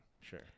sure